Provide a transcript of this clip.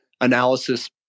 analysis